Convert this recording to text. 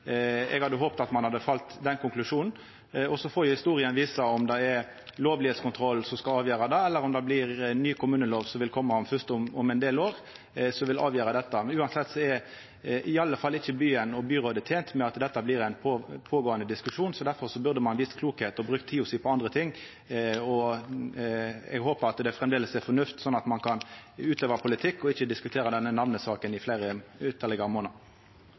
Eg hadde håpt at ein hadde falle ned på den konklusjonen. Så får historia visa om det er ein kontroll av om dette er lovleg som skal avgjera dette, eller om det blir den nye kommunelova, som kjem først om ein del år, som vil avgjera dette. Uansett er byen og byrådet i alle fall ikkje tente med at dette blir ein pågåande diskusjon, og difor burde ein vist klokskap og brukt tida si på andre ting. Eg håpar at det framleis er fornuft, sånn at ein kan utøva politikk og ikkje diskutera denne namnesaka i ytterlegare fleire månader.